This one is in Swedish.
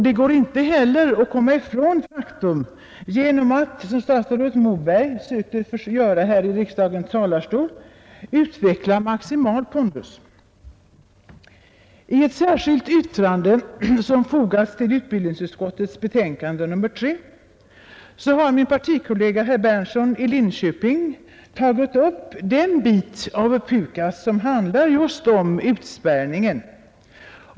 Det går inte heller att komma ifrån faktum genom att såsom statsrådet Moberg försökte göra här i talarstolen utveckla maximal pondus. I ett särskilt yttrande som fogats till utbildningsutskottets betänkande nr 3 har min partikollega herr Berndtson i Linköping tagit upp den del av PUKAS som handlar just om utspärrningen.